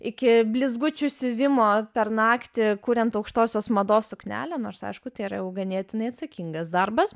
iki blizgučių siuvimo per naktį kuriant aukštosios mados suknelę nors aišku tai yra jau ganėtinai atsakingas darbas